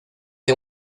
que